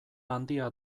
handia